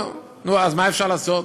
נו, אז מה אפשר לעשות?